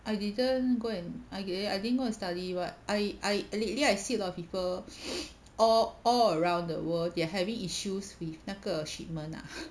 I didn't go and I gue- I didn't go and study [what] I I lately I see a lot of people all all around the world they are having issues with 那个 shipment ah